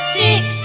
six